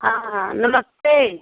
हाँ नमस्ते